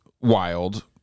wild